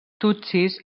tutsis